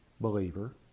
believer